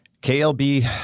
KLB